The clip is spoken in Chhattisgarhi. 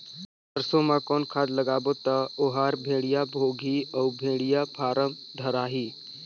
सरसो मा कौन खाद लगाबो ता ओहार बेडिया भोगही अउ बेडिया फारम धारही?